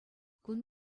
кун